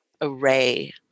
array